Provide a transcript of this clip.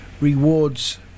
rewards